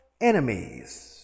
enemies